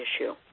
issue